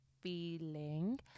feeling